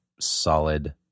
solid